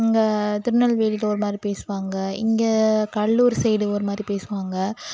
இங்கே திருநெல்வேலியில் ஒரு மாதிரி பேசுவாங்க இங்கே கடலூர் சைடு ஒரு மாதிரி பேசுவாங்க